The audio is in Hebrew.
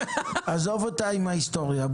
עזוב אותנו עם ההיסטוריה.